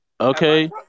Okay